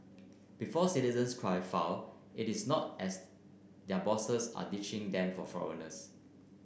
before citizens cry foul it is not as their bosses are ditching them for foreigners